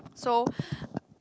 so